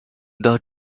doubt